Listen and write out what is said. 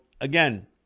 again